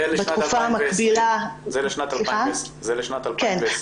זה לשנת 2020. כן.